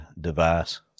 device